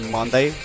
Monday